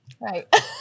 right